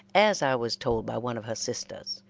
as i was told by one of her sisters,